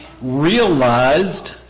realized